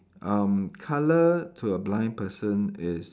um colour to a blind person is